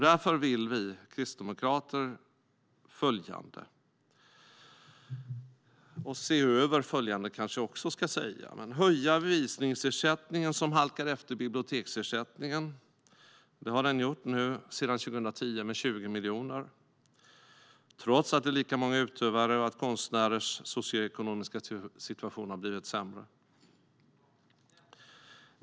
Därför vill vi kristdemokrater följande - se över följande, kanske jag ska säga: Vi vill höja visningsersättningen, som halkar efter biblioteksersättningen. Sedan 2010 har den halkat efter med 20 miljoner, trots att det är lika många utövare och trots att konstnärers socioekonomiska situation har blivit sämre.